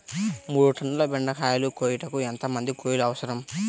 మూడు టన్నుల బెండకాయలు కోయుటకు ఎంత మంది కూలీలు అవసరం?